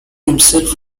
himself